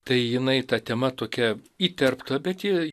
tai jinai ta tema tokia įterpta bet ji